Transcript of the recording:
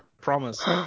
promise